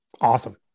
Awesome